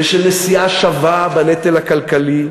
ושל נשיאה שווה בנטל הכלכלי,